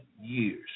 years